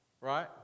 right